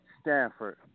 Stanford